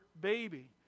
baby